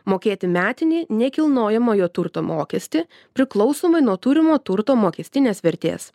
mokėti metinį nekilnojamojo turto mokestį priklausomai nuo turimo turto mokestinės vertės